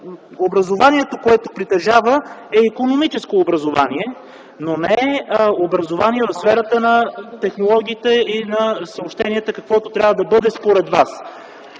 образованието, което притежава, е икономическо, но не е в сферата на технологиите и съобщенията, каквото трябва да бъде според Вас.